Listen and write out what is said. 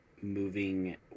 moving